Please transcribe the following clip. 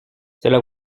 cela